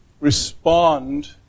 respond